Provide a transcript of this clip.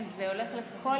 זה הולך לפי,